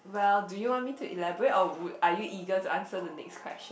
well do you want me to elaborate or would are you eager to answer the next question